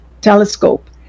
telescope